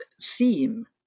theme